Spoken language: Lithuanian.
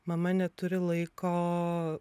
mama neturi laiko